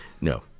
No